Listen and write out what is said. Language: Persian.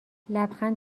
لبخند